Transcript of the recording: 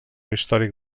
històric